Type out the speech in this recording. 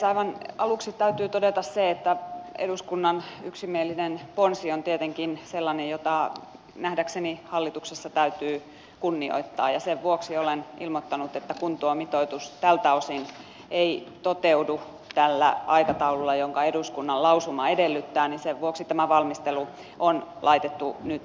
aivan aluksi täytyy todeta se että eduskunnan yksimielinen ponsi on tietenkin sellainen jota nähdäkseni hallituksessa täytyy kunnioittaa ja sen vuoksi olen ilmoittanut että kun tuo mitoitus tältä osin ei toteudu tällä aikataululla jonka eduskunnan lausuma edellyttää niin sen vuoksi tämä valmistelu on laitettu nyt liikkeelle